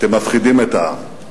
אתם מפחידים את העם.